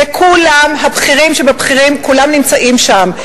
וכולם, הבכירים שבבכירים, כולם נמצאים שם.